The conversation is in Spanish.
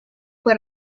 fue